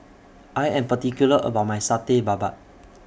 I Am particular about My Satay Babat